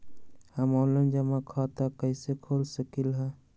हम ऑनलाइन जमा खाता कईसे खोल सकली ह?